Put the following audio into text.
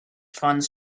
funds